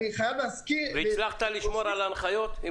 אני חייב להזכיר --- והצלחת לשמור על ההנחיות?